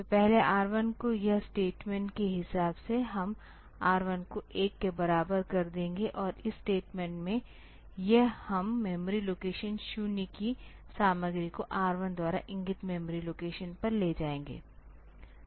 तो पहले R 1 में यह स्टेटमेंट के हिसाब से हम R1 को 1 के बराबर कर देंगे और इस स्टेटमेंट में यह इस मेमोरी लोकेशन 0 की सामग्री को R 1 द्वारा इंगित मेमोरी लोकेशन पर ले जाएगा